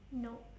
nope